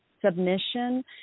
submission